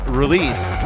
release